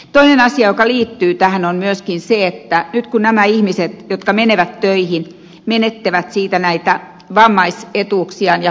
toinen asia joka myöskin liittyy tähän on se että nyt kun nämä ihmiset jotka menevät töihin menettävät näitä vammaisetuuksiaan ja